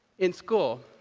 in school,